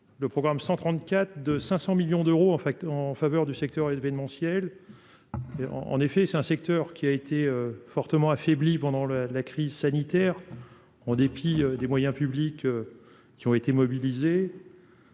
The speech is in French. le programme 134 de 500 millions d'euros en fait en faveur du secteur élevé de Montiel et en en effet c'est un secteur qui a été fortement affaiblie pendant la crise sanitaire, en dépit des moyens publics qui ont été mobilisés